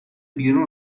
بیرون